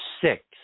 six